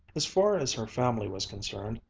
as far as her family was concerned,